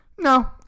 No